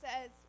says